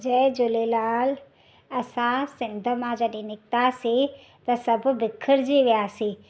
जय झूलेलाल असां सिंध मां जॾहिं निकतासीं त सभु बिखरजी वियासीं